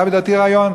עלה בדעתי רעיון: